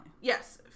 Yes